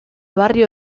barrio